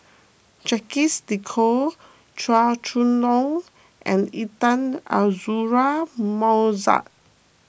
Jacques De Coutre Chua Chong Long and Intan Azura Mokhtar